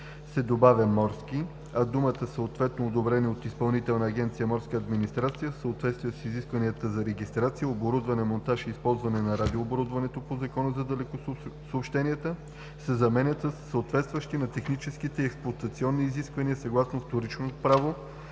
добавя „морски“, а думите „съответно одобрени от Изпълнителна агенция „Морска администрация“ в съответствие с изискванията за регистрация, оборудване, монтаж и използване на радиооборудването по Закона за далекосъобщенията“ се заменят със „съответстващи на техническите и експлоатационни изисквания, съгласно вторичното право